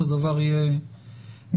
הדבר יהיה מובן,